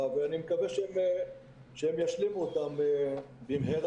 ואני מקווה שהם ישלימו אותם במהרה.